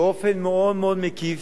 מאוד מקיף,